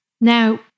Now